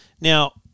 Now